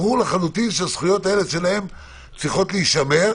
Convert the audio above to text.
ברור לחלוטין שהזכויות האלה שלהם צריכות להישמר,